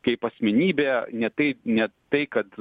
kaip asmenybė ne tai ne tai kad